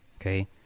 Okay